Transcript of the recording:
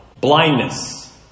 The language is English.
Blindness